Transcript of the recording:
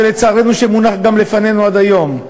ושלצערנו גם מונח לפנינו עד היום,